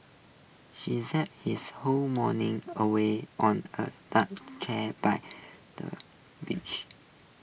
she said his whole morning away on A deck chair by the beach